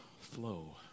flow